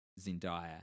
Zendaya